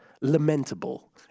lamentable